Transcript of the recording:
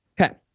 Okay